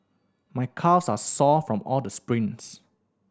my calves are sore from all the sprints